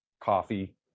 coffee